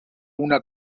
una